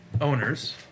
Owners